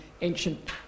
ancient